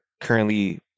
currently